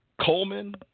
Coleman